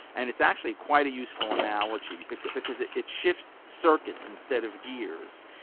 and it's actually quite a useful analogy because because it it shifts circuits instead of gears.